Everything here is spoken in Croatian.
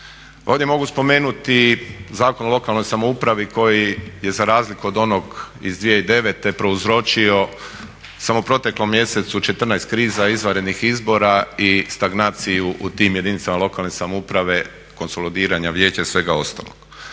ovdje mogu spomenuti Zakon o lokalnoj samoupravi koji je za razliku od onog iz 2009. prouzročio samo u proteklom mjesecu 14 kriza izvanrednih izbora i stagnaciju u tim jedinicama lokalne samouprave, konsolidiranja vijeća i svega ostalog.